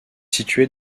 situé